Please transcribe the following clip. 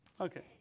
Okay